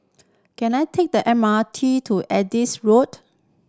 can I take the M R T to Adis Road